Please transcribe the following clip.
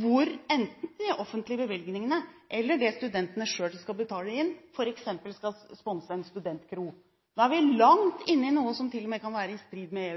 hvor det enten er de offentlige bevilgningene eller studentene selv som skal betale for f.eks. å sponse en studentkro. Da er vi langt inne i noe som til og med kan være i strid med